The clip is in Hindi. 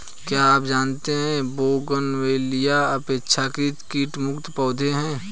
क्या आप जानते है बोगनवेलिया अपेक्षाकृत कीट मुक्त पौधे हैं?